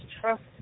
trust